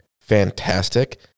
fantastic